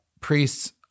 Priests